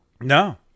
no